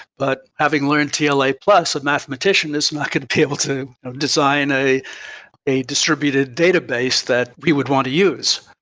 but having learned yeah tla plus, a mathematician is not going to be able to design a a distributed database that we would want to use.